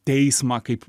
teismą kaip